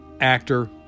actor